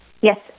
Yes